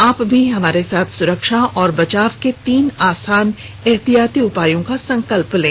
आप भी हमारे साथ सुरक्षा और बचाव के तीन आसान एहतियाती उपायों का संकल्प लें